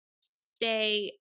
stay